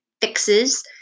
fixes